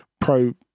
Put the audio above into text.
pro